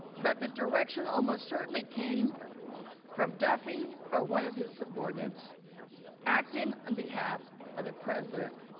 but the direction almost certainly came from duffey or one of his subordinates acting on behalf of the president.